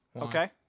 Okay